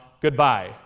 goodbye